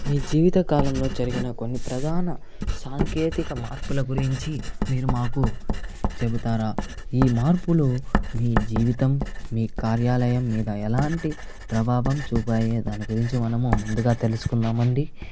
మీ జీవితకాలంలో జరిగిన కొన్ని ప్రధాన సాంకేతిక మార్పుల గురించి మీరు మాకు చెపుతారా ఈ మార్పులు మీ జీవితం మీ కార్యాలయం మీద ఎలాంటి ప్రభావం చూపినాయో దాని గురించి మనము ముందుగా తెలుసుకుందామండి